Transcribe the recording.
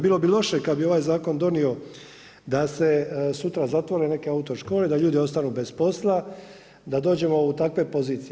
Bilo bi loše kad bi ovaj zakon donio da se sutra zatvore neke autoškole, da ljudi ostanu bez posla, da dođemo u takve pozicije.